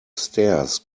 stairs